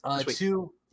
Two